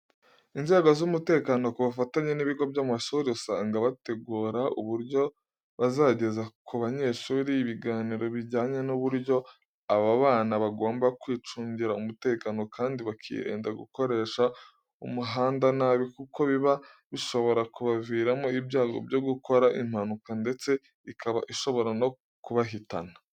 Inzego z'umutekano ku bufatanye n'ibigo by'amashuri usanga bategura uburyo bazageza ku banyeshuri ibiganiro bijyanye n'uburyo aba bana bagomba kwicungira umutekano kandi bakirinda gukoresha umuhanda nabi kuko biba bishobora kubaviramo ibyago bwo gukora impanuka ndetse ikaba ishobora no kubahitana.